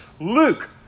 Luke